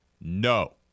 No